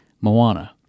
Moana